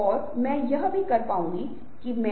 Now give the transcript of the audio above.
और यहाँ अन्य कंधे वापस humped है